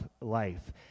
life